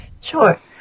Sure